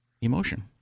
emotion